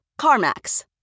CarMax